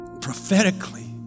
prophetically